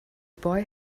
boy